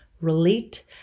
relate